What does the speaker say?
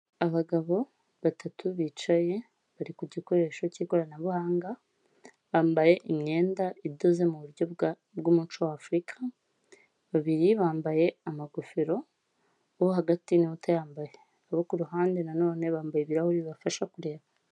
Abagabo batatu bicaye bari ku gikoresho cy'ikoranabuhanga, bambaye imyenda idoze mu buryo bw'umuco w'Afurika, babiri bambaye amagofero, uwo hagati ni we utayambaye, abo ku ruhande nanone bambaye ibirahuri bibafasha kureba.